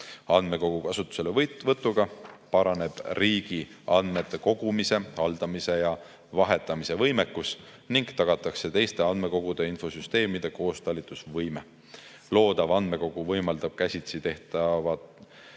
Andmekogu kasutuselevõtuga paraneb riigi andmete kogumise, haldamise ja vahetamise võimekus ning tagatakse teiste andmekogude ja infosüsteemide koostalitusvõime. Loodav andmekogu võimaldab käsitsi tehtavate